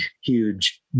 huge